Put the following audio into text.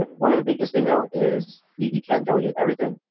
but one of the biggest thing though, is you can't delegate everything.